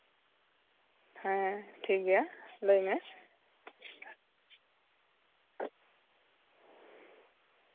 ᱦᱮᱸ ᱴᱷᱤᱠᱜᱮᱭᱟ ᱞᱟᱹᱭ ᱢᱮ